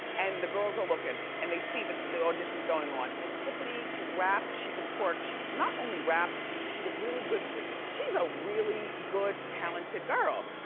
and the girls are looking. and they see the the auditions going on. and tiffany can rap, she can twerk. she not only raps, she's a really good freak. she's a really good, talented girl.